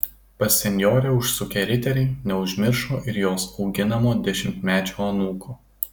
pas senjorę užsukę riteriai neužmiršo ir jos auginamo dešimtmečio anūko